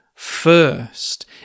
First